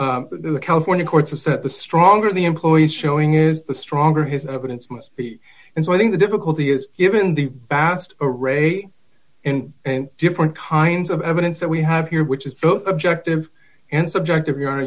that the california courts are set the stronger the employees showing is the stronger his evidence must be and so i think the difficulty is given the vast array and different kinds of evidence that we have here which is both objective and subjective you are